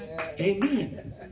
Amen